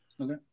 Okay